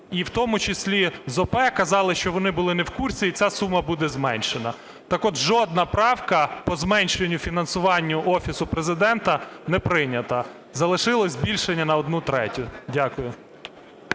і в тому числі з ОП казали, що вони були не в курсі, і ця сума буде зменшена? Так-от жодна правка по зменшенню фінансування Офісу Президента не прийнята, залишилось збільшення на одну третю. Дякую.